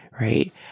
right